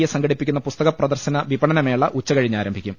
A സംഘടിപ്പിക്കുന്ന പുസ്തക പ്രദർശന വിപണനമേള ഉച്ചകഴിഞ്ഞ് ആരംഭിക്കും